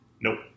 Nope